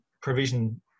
provision